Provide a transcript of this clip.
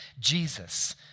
Jesus